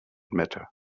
matter